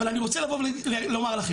אבל אני רוצה לבוא ולומר לכם.